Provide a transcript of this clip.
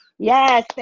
Yes